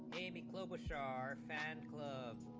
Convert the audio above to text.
eighty publish our fan club